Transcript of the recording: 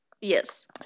Yes